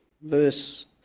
Verse